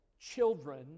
children